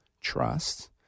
trust